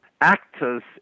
actors